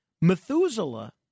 Methuselah